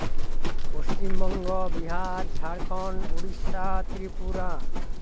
Paschimbanga Bihar Jharkhand Orissa Tripura